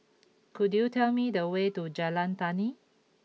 could you tell me the way to Jalan Tani